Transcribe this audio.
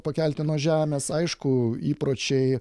pakelti nuo žemės aišku įpročiai